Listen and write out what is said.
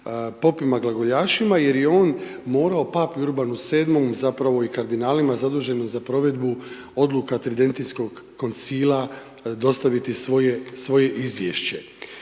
popima glagoljašima jer je on morao papi Urbanu VII. zapravo i kardinalima zaduženih za provedbu Odluka tridentiskog koncila, dostaviti svoje, svoje izvješće.